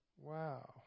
Wow